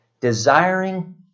Desiring